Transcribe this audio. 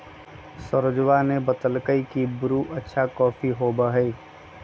सरोजवा ने बतल कई की ब्रू अच्छा कॉफी होबा हई